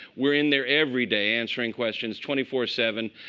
we're in there every day answering questions twenty four seven.